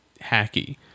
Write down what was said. hacky